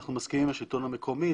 אנחנו מסכימים עם השלטון המקומי.